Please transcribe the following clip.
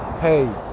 Hey